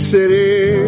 City